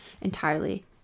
entirely